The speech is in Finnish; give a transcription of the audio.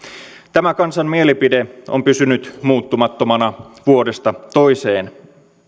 tämä kansan mielipide on pysynyt muuttumattomana vuodesta toiseen